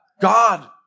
God